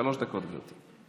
שלוש דקות, גברתי.